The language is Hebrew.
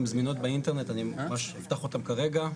הן גם זמינות באינטרנט, אני ממש אפתח אותם כרגע.